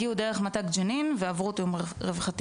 כן, הגיעו דרך מת"ק ג'נין ועברו תיאום רווחתי.